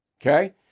Okay